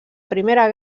primera